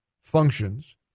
functions